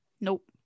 Nope